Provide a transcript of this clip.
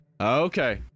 okay